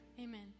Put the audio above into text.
Amen